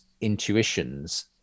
intuitions